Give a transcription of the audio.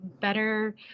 better